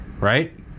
right